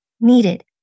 needed